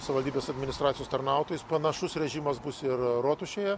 savivaldybės administracijos tarnautojus panašus režimas bus ir rotušėje